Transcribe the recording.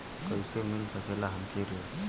कइसे मिल सकेला हमके ऋण?